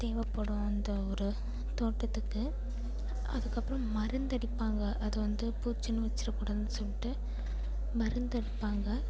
தேவைப்படும் அந்த ஒரு தோட்டத்துக்கு அதுக்கப்புறம் மருந்தடிப்பாங்க அது வந்து பூச்சிலாம் வச்சிரக்கூடாதுன்னு சொல்லிட்டு மருந்தடிப்பாங்க